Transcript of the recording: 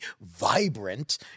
vibrant